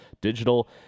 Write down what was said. Digital